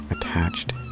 Attached